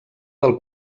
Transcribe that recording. del